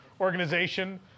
organization